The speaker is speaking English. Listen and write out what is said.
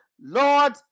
Lord